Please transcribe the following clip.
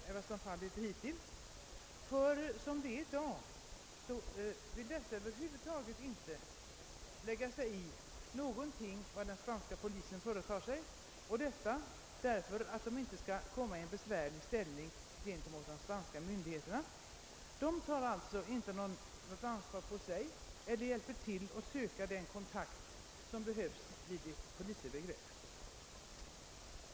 Såsom det i dag är vill de över huvud taget inte lägga sig i något som den spanska polisen företar sig mot deras resenärer, och anledningen härtill är att de inte vill komma i en besvärlig ställning gentemot de spanska myndigheterna. De tar alltså inte på sig något som helst ansvar och medverkar inte heller till att söka den kontakt som behövs vid ett fall av polisövergrepp.